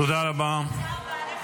תודה רבה.